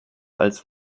als